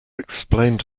explained